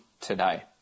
today